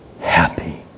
happy